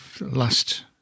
last